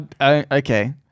Okay